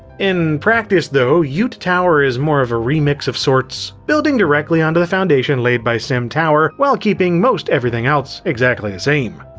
in practice though, yoot tower is more of a remix of sorts, building directly onto the foundation laid by simtower while keeping most everything else exactly the same.